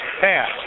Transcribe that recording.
pass